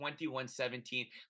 21-17